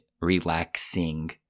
relaxing